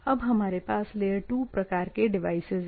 अब हमारे पास लेयर 2 प्रकार के डिवाइसेज हैं